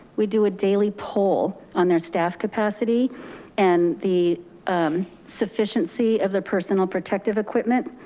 we do a daily poll on their staff capacity and the sufficiency of the personal protective equipment.